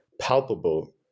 palpable